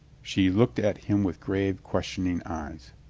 she looked at him with grave, questioning eyes.